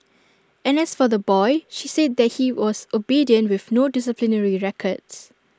and as for the boy she said that he was obedient with no disciplinary records